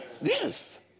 Yes